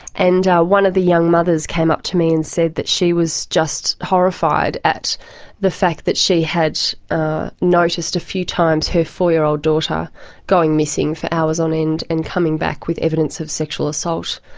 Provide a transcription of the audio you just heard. and one of the young mothers came up to me and said that she was just horrified at the fact that she had noticed a few times her four-year-old daughter going missing for hours on end and coming back with evidence of sexual assault,